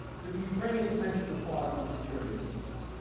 did the ukrainians mentioned the pause on security assistance.